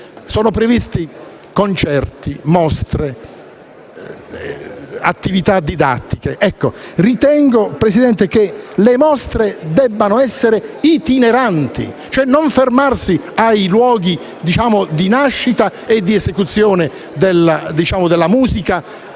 Sono previsti concerti, mostre, attività didattiche. Ritengo, signor Presidente, che le mostre debbano essere itineranti, nel senso che non debbano fermarsi ai luoghi di nascita e di esecuzione della musica